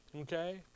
Okay